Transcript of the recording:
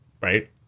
right